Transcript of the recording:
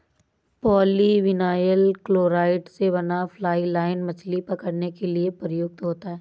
polyvinyl chloride से बना fly line मछली पकड़ने के लिए प्रयुक्त होता है